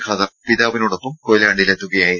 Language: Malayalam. ഖാദർ പിതാവിനോടൊപ്പം കൊയിലാണ്ടിയിൽ എത്തുകയായിരുന്നു